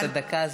90 דקות.